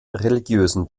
religiösen